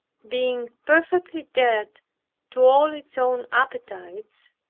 being perfectly dead to all its own appetites,